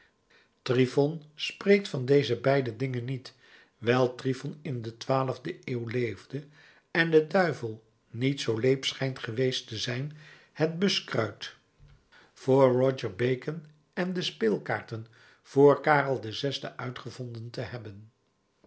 tryphon spreekt van deze beide dingen niet wijl tryphon in de twaalfde eeuw leefde en de duivel niet zoo leep schijnt geweest te zijn het buskruit vr roger bacon en de speelkaarten vr karel vi uitgevonden te hebben